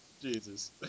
Jesus